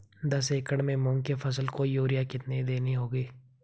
दस एकड़ में मूंग की फसल को यूरिया कितनी देनी होगी?